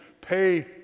pay